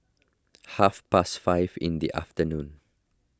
half past five in the afternoon